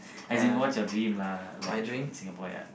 as in what's your dream lah like Singapore ya